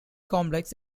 complex